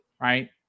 right